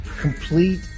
Complete